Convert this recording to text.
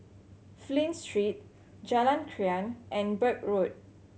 Flint Street Jalan Krian and Birch Road